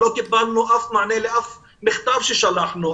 לא קיבלנו אף מענה לאף מכתב ששלחנו.